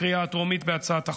בקריאה הטרומית בהצעת החוק,